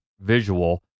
visual